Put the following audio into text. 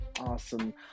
awesome